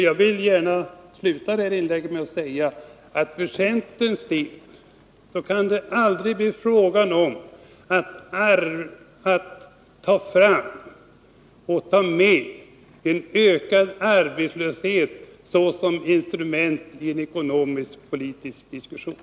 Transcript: Jag vill gärna avsluta det här inlägget med att säga att för centerns del kan det aldrig bli fråga om att använda en ökad arbetslöshet såsom instrument i en ekonomisk-politisk diskussion.